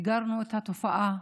מיגרנו את התופעה,